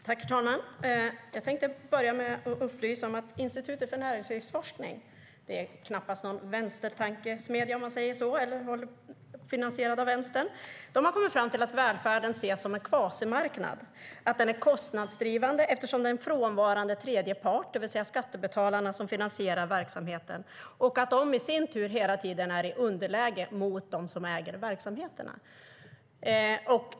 Herr talman! Jag tänker börja med att upplysa om att Institutet för Näringslivsforskning - det är knappast någon vänstertankesmedja och är inte finansierad av vänstern - har kommit fram till att välfärden ses som en kvasimarknad. Den är kostnadsdrivande eftersom det är en frånvarande tredje part - det vill säga skattebetalarna som finansierar verksamheten - och de är i sin tur hela tiden i underläge mot de som äger verksamheterna.